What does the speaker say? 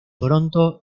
toronto